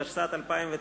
התשס”ט 2009,